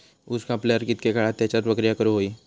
ऊस कापल्यार कितके काळात त्याच्यार प्रक्रिया करू होई?